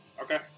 Okay